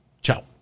Ciao